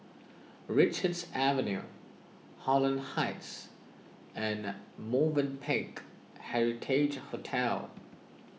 Richards Avenue Holland Heights and Movenpick Heritage Hotel